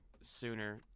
sooner